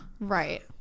Right